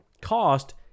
cost